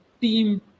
team